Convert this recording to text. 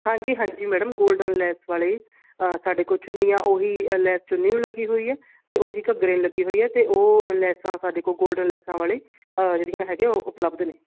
ਹਾਂਜੀ ਹਾਂਜੀ madam golden lace ਵਾਲੇ ਸਾਡੇ ਕੋਲ ਚੁੰਨੀਆਂ ਓਹੀ ਲੈਸ ਚੁੰਨੀ ਨੂੰ ਲੱਗੀ ਹੋਈ ਹੈ ਅਤੇ ਓਹੀ ਘੱਗਰੇ ਨੂੰ ਲੱਗੀ ਹੋਈ ਹੈ ਅਤੇ ਉਹ ਲੈਸਾਂ ਸਾਡੇ ਕੋਲ ਗੋਲਡਨ ਲੈਸਾਂ ਵਾਲੇ ਜਿਹੜੀਆਂ ਹੈਗੇ ਉਪਲਬਧ ਨੇ